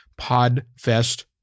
PodFest